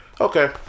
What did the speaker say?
Okay